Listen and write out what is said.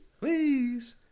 please